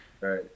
Right